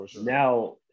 Now